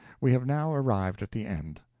we have now arrived at the end.